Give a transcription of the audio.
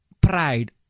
pride